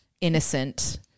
innocent